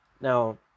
Now